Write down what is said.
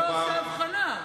עושה הבחנה.